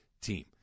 team